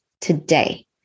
today